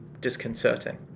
disconcerting